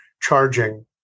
charging